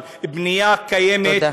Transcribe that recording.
אבל הבנייה קיימת, תודה.